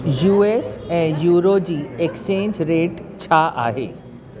U S ऐं euro जी exchange rate छा आहे